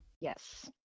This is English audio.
Yes